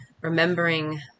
remembering